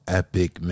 epic